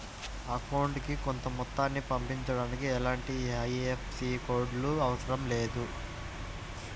అకౌంటుకి కొంత మొత్తాన్ని పంపించడానికి ఎలాంటి ఐఎఫ్ఎస్సి కోడ్ లు అవసరం లేదు